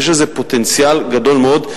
ויש לזה פוטנציאל גדול מאוד,